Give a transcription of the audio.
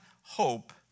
hope